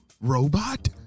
robot